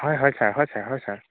হয় হয় ছাৰ হয় ছাৰ হয় ছাৰ